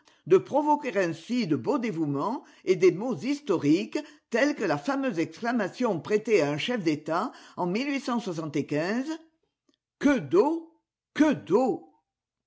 de provoquer ainsi de beaux dévouements et des mots historiques tels que la fameuse exclamation prêtée à un chef d'etat en que d'eau que d'eau